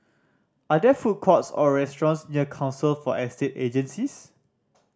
are there food courts or restaurants near Council for Estate Agencies